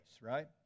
right